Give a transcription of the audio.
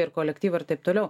ir kolektyvą ir taip toliau